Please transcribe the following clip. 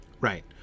Right